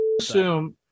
assume